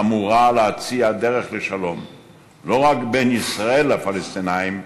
האמורה להציע דרך לשלום לא רק בין ישראל לפלסטינים,